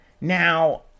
now